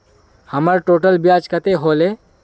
हमर टोटल ब्याज कते होले?